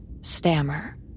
Stammer